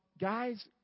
guys